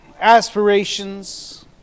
aspirations